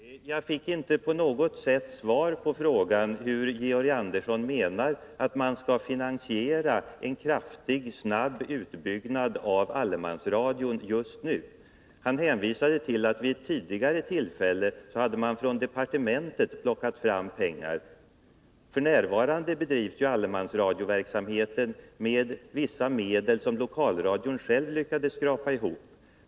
Fru talman! Jag fick inte på något sätt svar på frågan hur Georg Andersson menar att man skall finansiera en kraftig, snabb utbyggnad av allemansradion just nu. Han hänvisade till att man vid ett tidigare tillfälle hade plockat fram pengar från departementet. F. n. bedrivs allemansradioverksamheten med vissa medel som lokalradion själv lyckats skrapa ihop.